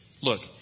Look